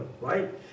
right